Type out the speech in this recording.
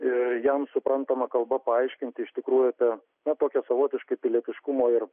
ir jam suprantama kalba paaiškinti iš tikrųjų ta na tokia savotiška pilietiškumo ir